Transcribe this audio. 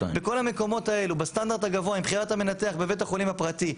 בכל המקומות האלו בסטנדרט הגבוה מבחינת המנתח בבתי החולים הפרטי,